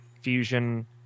Fusion